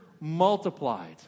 multiplied